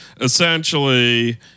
essentially